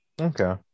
okay